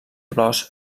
flors